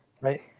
right